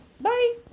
Bye